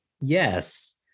Yes